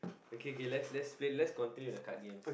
okay okay let's let's play let's continue the card games